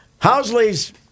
Housley's